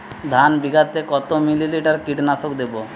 ধানে বিঘাতে কত মিলি লিটার কীটনাশক দেবো?